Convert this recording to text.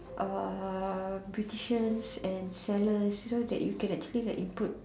uh beautician and sellers so that you can actually like input